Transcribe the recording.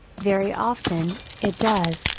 very often, it does,